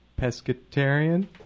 Pescatarian